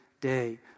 day